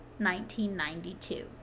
1992